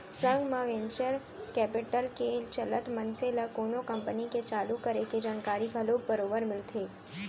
संग म venture capital के चलत मनसे ल कोनो कंपनी के चालू करे के जानकारी घलोक बरोबर मिलथे